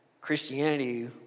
Christianity